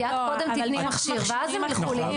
כי את קודם תתני מכשיר ואז הם ילכו לקנות.